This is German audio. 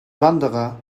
wanderer